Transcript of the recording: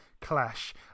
clash